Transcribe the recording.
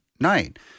night